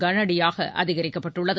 கனஅடியாக அதிகரிக்கப்பட்டுள்ளது